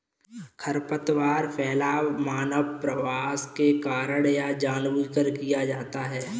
खरपतवार फैलाव मानव प्रवास के कारण या जानबूझकर किया जाता हैं